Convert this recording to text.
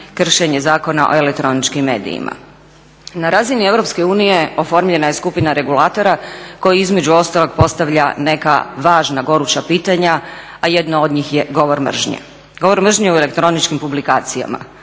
kršenje Zakona o elektroničkim medijima. Na razini EU oformljena je skupina regulatora koji između ostalog postavlja neka važna goruća pitanja, a jedno od njih je govor mržnje, govor mržnje u elektroničkim publikacijama.